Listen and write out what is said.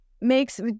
makes